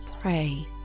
pray